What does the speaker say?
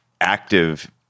active